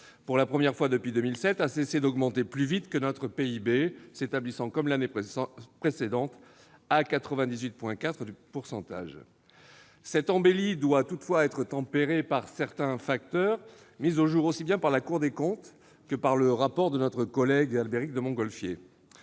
pour la première fois depuis 2007, a cessé d'augmenter plus vite que notre PIB, s'établissant, comme l'année précédente, à 98,4 % du PIB. Cette embellie doit toutefois être tempérée par certains facteurs, mis au jour aussi bien par la Cour des comptes que par le rapport de notre collègue Albéric de Montgolfier.